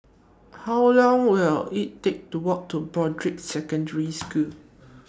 How Long Will IT Take to Walk to Broadrick Secondary School